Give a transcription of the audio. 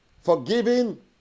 forgiving